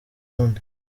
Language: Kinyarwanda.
wundi